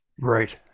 Right